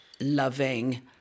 loving